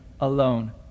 alone